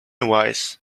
wise